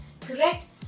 Correct